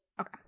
Okay